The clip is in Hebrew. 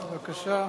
בבקשה.